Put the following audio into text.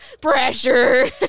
Pressure